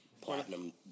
Platinum